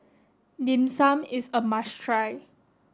dim sum is a must try